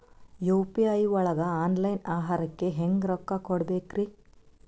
UPI ಒಳಗ online ಆಹಾರಕ್ಕೆ ಹೆಂಗ್ ರೊಕ್ಕ ಕೊಡಬೇಕ್ರಿ?